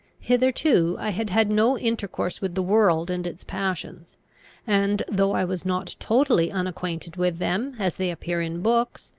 hitherto i had had no intercourse with the world and its passions and, though i was not totally unacquainted with them as they appear in books,